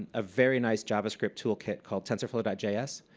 a very nice javascript toolkit called tensorflow dot js.